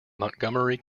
montgomery